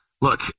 look